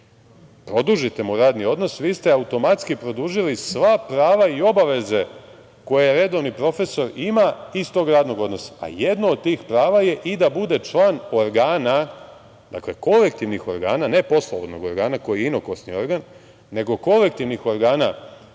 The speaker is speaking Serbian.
produžite mu radni odnos, vi ste automatski produžili sva prava i obaveze koji redovni profesor ima iz tog radnog odnosa, a jedno od tih prava je i da bude član organa, dakle, kolektivnih organa, ne poslovnog organa koji inokosni organ, nego kolektivnih organa